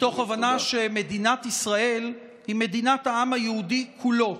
מתוך הבנה שמדינת ישראל היא מדינת העם היהודי כולו,